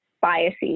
biases